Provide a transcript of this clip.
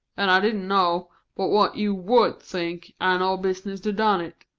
and i didn't know but what you would think i no business to done it.